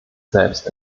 selbst